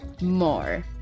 more